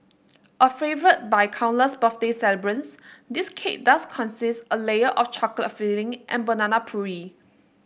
a favourite by countless birthday celebrants this cake does consist a layer of chocolate filling and banana puree